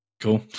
cool